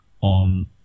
on